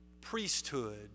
priesthood